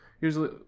usually